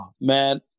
Man